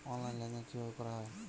Online লেনদেন কিভাবে করা হয়?